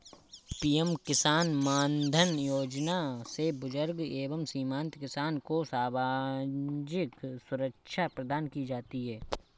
PM किसान मानधन योजना से बुजुर्ग एवं सीमांत किसान को सामाजिक सुरक्षा प्रदान की जाती है